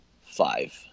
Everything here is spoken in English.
five